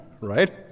Right